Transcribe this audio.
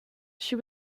she